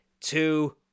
two